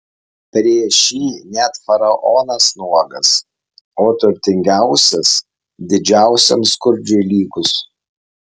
prieš jį net faraonas nuogas o turtingiausias didžiausiam skurdžiui lygus